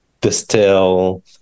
distill